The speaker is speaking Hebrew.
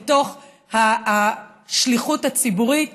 אל השליחות הציבורית,